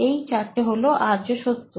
এই চারটে হলো আর্য সত্য